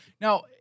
Now